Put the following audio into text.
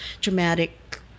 Dramatic